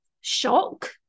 shock